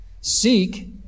seek